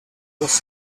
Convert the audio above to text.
was